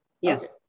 Yes